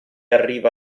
arriva